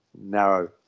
narrow